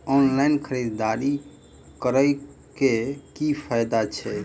Online खरीददारी करै केँ की फायदा छै?